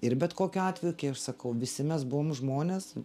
ir bet kokiu atveju kai aš sakau visi mes buvom žmonės